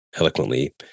eloquently